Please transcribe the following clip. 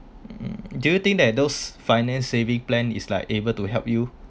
hmm do you think that those finance saving plan is like able to help you